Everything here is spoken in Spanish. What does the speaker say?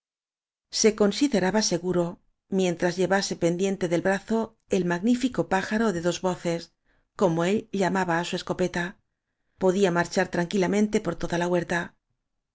se consideraba seguro mientras llevase pendiente del brazo el magnífico pájaro de dos voces como él llamaba á su escopeta podía marchar tranquilamente por toda la huerta